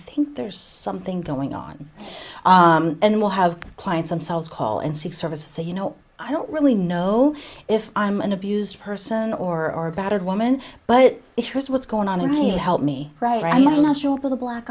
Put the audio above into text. think there's something going on and we'll have clients them selves call and see service say you know i don't really know if i'm an abused person or a battered woman but here's what's going on and he help me with a black